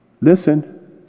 Listen